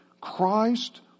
Christ